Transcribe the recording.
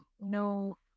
no